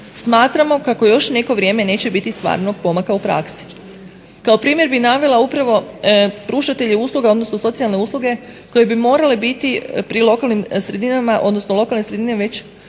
smatramo kako još neko vrijeme neće biti stvarnog pomaka u praksi. Kao primjer bi navela upravo pružatelje usluga, odnosno socijalne usluge koje bi morale biti pri lokalnim sredinama, odnosno lokalne sredine već